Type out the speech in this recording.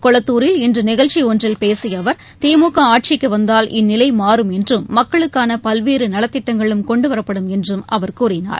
கொளத்தூரில் இன்று நிகழ்ச்சி ஒன்றில் பேசிய அவர் திமுக ஆட்சிக்கு வந்தால் இந்நிலை மாறும் என்றும் மக்களுக்கான பல்வேறு நலத்திட்டங்களும் கொண்டுவரப்படும் என்றும் அவர் கூறினார்